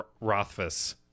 Rothfuss